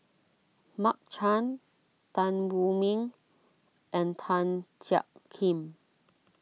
Mark Chan Tan Wu Meng and Tan Jiak Kim